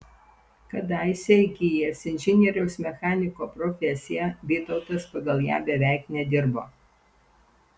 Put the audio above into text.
kadaise įgijęs inžinieriaus mechaniko profesiją vytautas pagal ją beveik nedirbo